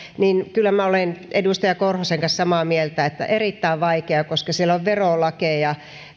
kyllä minä olen edustaja korhosen kanssa samaa mieltä että erittäin vaikeaa koska siellä on verolakeja